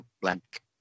blank